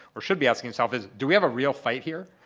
or should be asking itself, is do we have a real fight here.